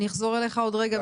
אני אחזור אליך עוד רגע.